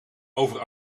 over